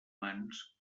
mans